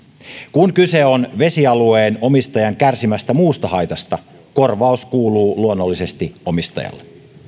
kun kyse on vesialueen omistajan kärsimästä muusta haitasta korvaus kuuluu luonnollisesti omistajalle